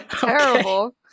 terrible